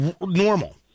normal